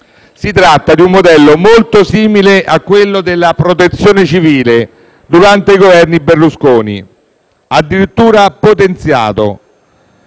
Si tratta di un modello molto simile a quello della Protezione civile durante i Governi Berlusconi, addirittura potenziato,